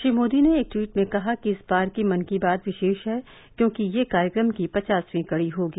श्री मोदी ने एक ट्वीट में कहा कि इस बार की मन की बात विशेष है क्योंकि यह कार्यक्रम की पचासवीं कड़ी होगी